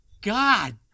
God